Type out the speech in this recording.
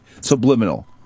subliminal